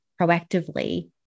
proactively